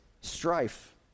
strife